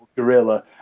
gorilla